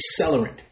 accelerant